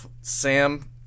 Sam